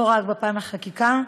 לא רק פן החקיקה,